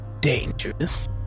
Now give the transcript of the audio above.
dangerous